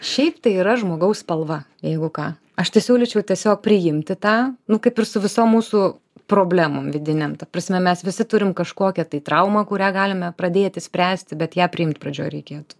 šiaip tai yra žmogaus spalva jeigu ką aš tai siūlyčiau tiesiog priimti tą nu kaip ir su visom mūsų problemom vidinėm ta prasme mes visi turim kažkokią tai traumą kurią galime pradėti spręsti bet ją priimt pradžioj reikėtų